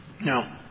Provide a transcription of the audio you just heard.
No